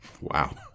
Wow